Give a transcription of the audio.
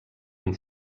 amb